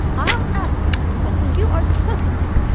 i'll ask you to wait until you are spoken to.